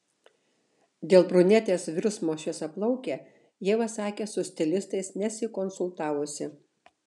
dėl brunetės virsmo šviesiaplauke ieva sakė su stilistais nesikonsultavusi